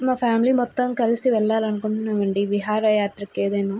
మా ఫ్యామిలీ మొత్తం కలిసి వెళ్లాలనుకుంటున్నాం అండి విహారయాత్రకి ఏదైనా